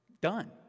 done